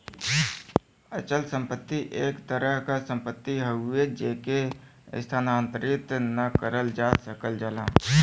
अचल संपत्ति एक तरह क सम्पति हउवे जेके स्थानांतरित न करल जा सकल जाला